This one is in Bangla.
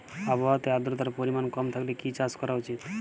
আবহাওয়াতে আদ্রতার পরিমাণ কম থাকলে কি চাষ করা উচিৎ?